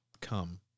come